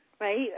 right